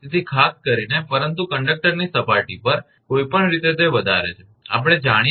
તેથી ખાસ કરીને પરંતુ કંડક્ટરની સપાટી પર કોઈપણ રીતે વધારે છે આપણે જાણીએ છીએ કે 𝑞 2𝜋𝜖0𝑟